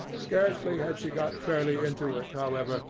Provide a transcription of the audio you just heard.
scarcely had she got fairly into it, however,